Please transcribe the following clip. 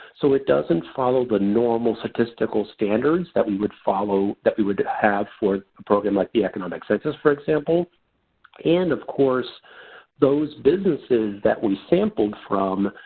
so it doesn't follow the normal statistical standards that we would follow that we would have for a program like the economic so business for example and of course those businesses that we sampled from,